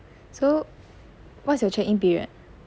so what's your check in period